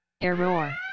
Error